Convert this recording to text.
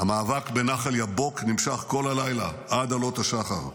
המאבק בנחל יבוק נמשך כל הלילה, עד עלות השחר,